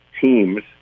teams